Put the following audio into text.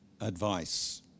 advice